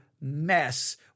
mess